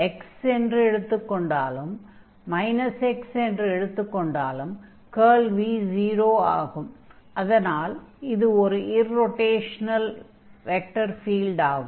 x என்று எடுத்துக் கொண்டாலும் அல்லது x என்று எடுத்துக் கொண்டாலும் கர்ல் v 0 என்பதால் இது ஒரு இர்ரொடேஷனல் வெக்டர் ஆகும்